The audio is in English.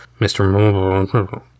Mr